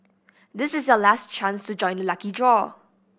this is your last chance to join the lucky draw